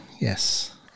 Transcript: yes